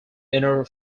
inner